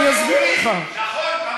עכשיו תגיד שמי שלא דמוקרטי הוא לא יהודי.